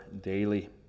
daily